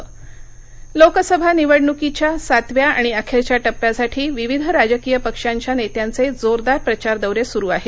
प्रचार लोकसभा निवडणुकीच्या सातव्या आणि अखेरच्या टप्प्यासाठी विविध राजकीय पक्षांच्या नेत्यांचे जोरदार प्रचार दौरे सुरू आहेत